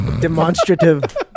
Demonstrative